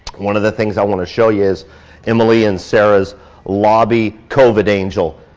one of the things i wanna show you is emily and sarah's lobby covid angel,